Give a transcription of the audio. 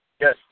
Yes